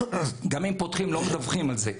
גם אם פותחים לא מדווחים על זה.